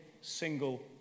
single